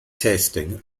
testing